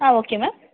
ah okay ma'am